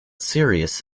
serious